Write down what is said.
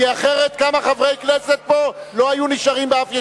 כי אחרת כמה חברי כנסת פה לא היו נשארים באף ישיבה.